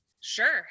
sure